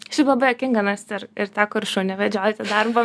šiaip labai juokinga nes ir ir teko ir šunį vedžioti darbo